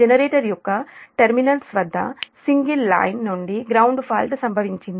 generator యొక్క terminals వద్ద single line నుండి గ్రౌండ్ ఫాల్ట్ సంభవించింది